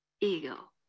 ego